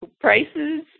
prices